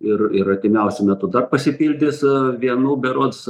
ir ir artimiausiu metu dar pasipildys vienu berods